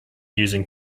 using